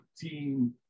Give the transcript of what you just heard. team